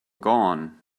gone